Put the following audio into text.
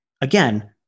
Again